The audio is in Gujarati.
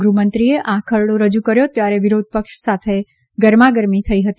ગૃહમંત્રીએ આ ખરડો રજૂ કર્યો ત્યારે વિરોધપક્ષ સાથે ગરમાગરમી થઇ ગઇ હતી